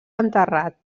enterrat